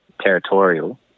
territorial